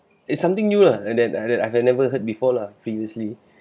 it's something new lah and that and that I have never heard before lah previously